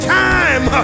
time